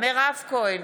מירב כהן,